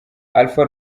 alpha